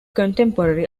contemporary